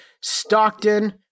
Stockton